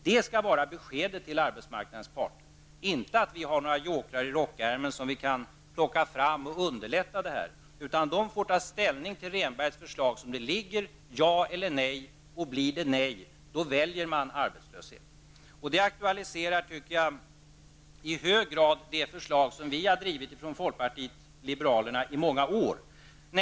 Det skall vara vårt besked till arbetsmarknadens parter -- inte att vi har några jokrar i rockärmen som vi kan plocka fram för att underlätta det hela. Arbetsmarknadens parter får ta ställning till Rehnbergs förslag såsom detta ligger -- ja eller nej. Och blir det nej, då väljer man arbetslöshet. Jag tycker att det i hög grad aktualiserar det förslag som vi i folkpartiet liberalerna har drivit i många år.